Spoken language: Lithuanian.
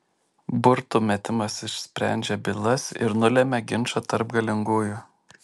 burtų metimas išsprendžia bylas ir nulemia ginčą tarp galingųjų